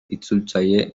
itzultzaile